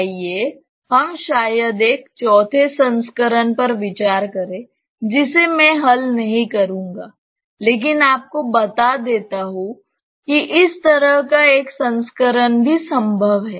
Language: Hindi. आइए हम शायद एक चौथे संस्करण पर विचार करें जिसे मैं हल नहीं करूंगा लेकिन आपको बता देता हूं कि इस तरह का एक संस्करण भी संभव है